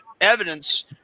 evidence